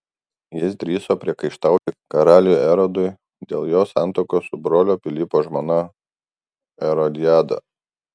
jis drįso priekaištauti karaliui erodui dėl jo santuokos su brolio pilypo žmona erodiada